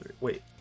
Wait